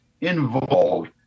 involved